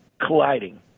colliding